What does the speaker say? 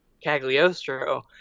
Cagliostro